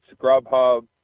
Grubhub